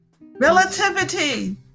relativity